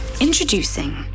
Introducing